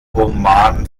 oman